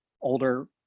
older